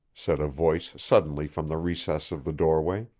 said a voice suddenly from the recess of the doorway.